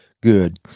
good